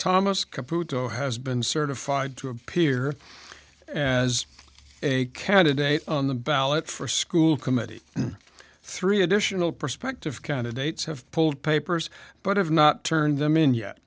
though has been certified to appear as a candidate on the ballot for school committee three additional perspective candidates have pulled papers but have not turned them in yet